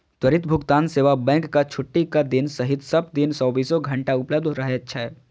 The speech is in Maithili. त्वरित भुगतान सेवा बैंकक छुट्टीक दिन सहित सब दिन चौबीसो घंटा उपलब्ध रहै छै